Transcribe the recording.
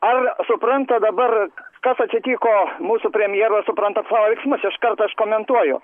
ar supranta dabar kas atsitiko mūsų premjeras supranta savo veiksmus iškart aš komentuoju